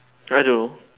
try to